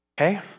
okay